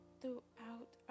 throughout